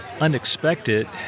unexpected